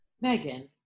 Megan